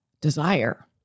desire